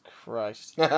Christ